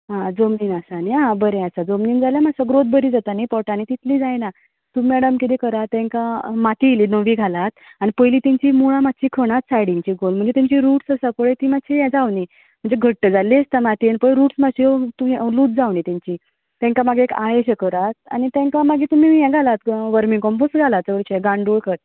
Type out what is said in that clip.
आं जमनीन आसा न्हय बरें आसा जमनीन जाल्यार मातसो ग्रोथ बरी जाता न्हय पोटांनी तितली जायना तुमी मॅडम किदें करा तेंकां माती इल्ली नवी घाला पयलीं तेंची मुळां मातशी खणात सायडीची म्हणजे तेची रुट्स आसा पळय ती मातशीं हें जावनी म्हणजे घट्ट जाल्ले आसतात पळय मातयेन रुट्स मातशें लूज जावनी तेंची तेंकां मागीर आळेंशे करात तेंकां मागीर तुमी हें घालात वर्मी कंम्पोस्ट घाला चडशे गांडूळ खत